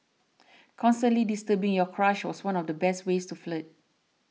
constantly disturbing your crush was one of the best ways to flirt